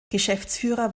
geschäftsführer